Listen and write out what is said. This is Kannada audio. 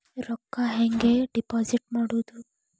ರೊಕ್ಕ ಹೆಂಗೆ ಡಿಪಾಸಿಟ್ ಮಾಡುವುದು?